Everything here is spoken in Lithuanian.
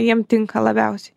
jiem tinka labiausiai